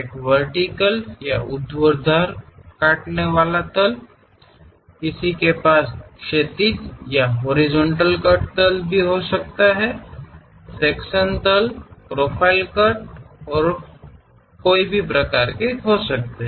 एक वर्टिकल या ऊर्ध्वाधर काटने वाला तल है किसी के पास क्षैतिज यानि हॉरिजॉन्टल कट तल भी हो सकते हैं सेक्शन तल प्रोफ़ाइल कट प्रकार के भी हो सकते हैं